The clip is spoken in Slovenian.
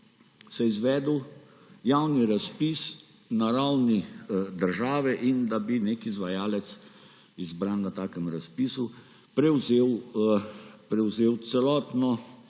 se izvedel javni razpis na ravni države in da bi nek izvajalec, izbran na takem razpisu, prevzel celotno